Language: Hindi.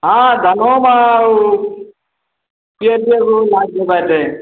हाँ धानो मा उ